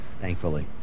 Thankfully